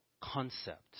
concept